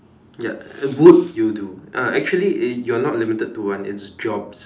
ya would you do uh actually eh you're not limited to one it's jobs